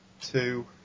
two